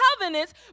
covenants